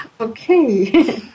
Okay